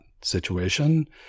situation